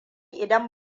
idan